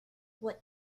what